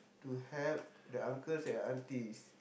to help the uncles and aunties